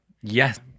yes